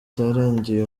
cyarangiye